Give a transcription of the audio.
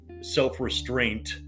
self-restraint